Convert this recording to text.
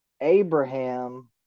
Abraham